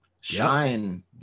Shine